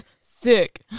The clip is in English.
Sick